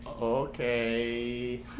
Okay